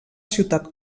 ciutat